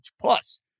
Plus